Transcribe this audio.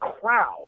crowd